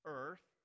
earth